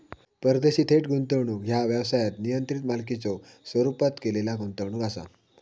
परदेशी थेट गुंतवणूक ह्या व्यवसायात नियंत्रित मालकीच्यो स्वरूपात केलेला गुंतवणूक असा